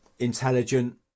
intelligent